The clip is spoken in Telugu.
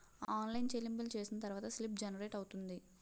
ఆన్లైన్ చెల్లింపులు చేసిన తర్వాత స్లిప్ జనరేట్ అవుతుంది